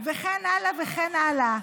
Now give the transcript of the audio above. וכן הלאה וכן הלאה.